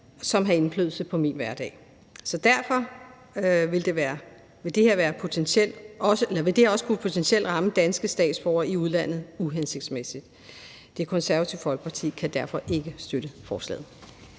som havde indflydelse på min hverdag. Derfor vil det her også potentielt kunne ramme danske statsborgere i udlandet uhensigtsmæssigt. Det Konservative Folkeparti kan derfor ikke støtte forslaget.